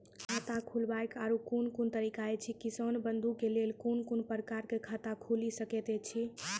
खाता खोलवाक आर कूनू तरीका ऐछि, किसान बंधु के लेल कून कून प्रकारक खाता खूलि सकैत ऐछि?